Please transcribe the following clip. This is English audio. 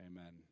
amen